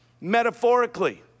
metaphorically